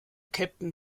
kapitän